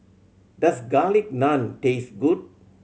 does Garlic Naan taste good